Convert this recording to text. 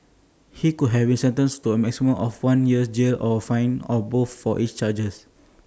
he could have been sentenced to A maximum of one year's jail or A fine or both for each charge